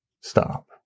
Stop